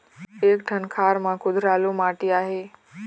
एक ठन खार म कुधरालू माटी आहे?